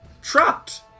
trapped